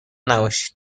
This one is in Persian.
نباشید